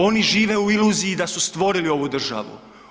Oni žive u iluziji da su stvorili ovi državu.